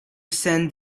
send